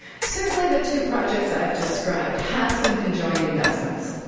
certainly the two projects i've described have some conjoined investments.